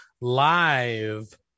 live